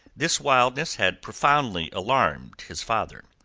this wildness had profoundly alarmed his father,